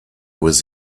was